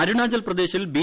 അരുണാചൽപ്രദേശിൽ B